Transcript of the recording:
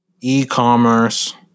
e-commerce